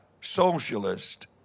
socialist